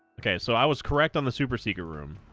okay so i was correct on the super secret room